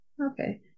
Okay